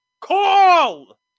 call